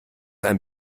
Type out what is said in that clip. ein